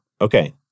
Okay